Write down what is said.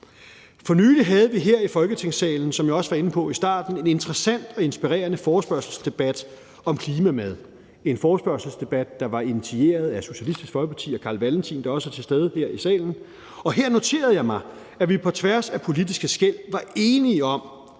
For nylig havde vi her i Folketingssalen, som jeg også var inde på i starten, en interessant og inspirerende forespørgselsdebat om klimamad – en forespørgselsdebat, der var initieret af Socialistisk Folkeparti og Carl Valentin, der også er til stede her i salen, og her noterede jeg mig, at vi på tværs af politiske skel var enige om,